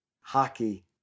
hockey